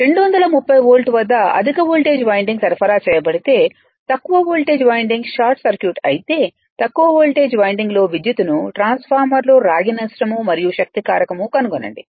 230 volt వద్ద అధిక voltage winding సరఫరా చేయబడితే తక్కువ వోల్టేజ్ వైండింగ్ షార్ట్ సర్క్యూట్ అయితే తక్కువ వోల్టేజ్ వైండింగ్లో విద్యుత్తును ట్రాన్స్ఫార్మర్లో రాగి నష్టం మరియు శక్తి కారకం కనుగొనండి